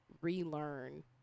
relearn